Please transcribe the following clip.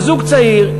אבל זוג צעיר,